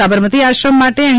સાબરમતી આશ્રમ માટે એન